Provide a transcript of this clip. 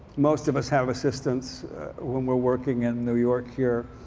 most of us have assistants when we're working in new york here.